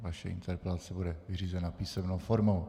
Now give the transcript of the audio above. Vaše interpelace bude vyřízena písemnou formou.